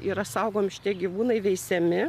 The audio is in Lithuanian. yra saugomi šitie gyvūnai veisiami